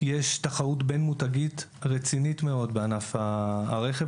יש תחרות בין-מותגית רצינית מאוד בענף הרכב,